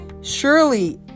Surely